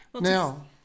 now